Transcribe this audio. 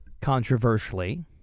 controversially